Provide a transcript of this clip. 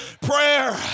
Prayer